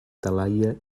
talaia